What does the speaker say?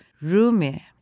Rumi